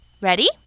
Ready